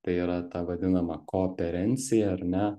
tai yra ta vadinama kooperencija ar ne